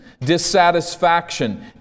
dissatisfaction